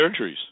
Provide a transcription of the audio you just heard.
surgeries